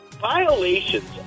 Violations